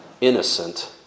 innocent